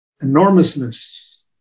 enormousness